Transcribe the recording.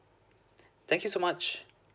thank you so much